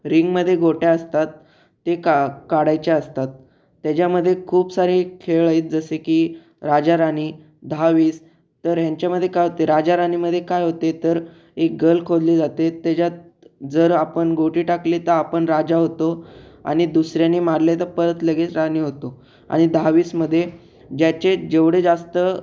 रिंगमध्ये गोट्या असतात ते का काढायच्या असतात त्याच्यामध्ये खूप सारे खेळ आहेत जसे की राजाराणी दहावीस तर ह्याच्यामध्ये काय होते राजाराणीमध्ये काय होते तर एक गल खोदली जाते त्याच्यात जर आपण गोटी टाकली तर आपण राजा होतो आणि दुसऱ्यांनी मारले तर परत लगेच राणी होतो आणि दहावीसमध्ये ज्याचे जेवढे जास्त